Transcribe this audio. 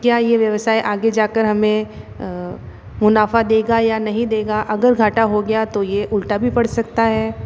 क्या ये व्यवसाय आगे जाकर हमे मुनाफा देगा या नहीं देगा अगर घाटा हो गया तो ये उल्टा भी पड़ सकता है